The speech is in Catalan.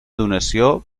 donació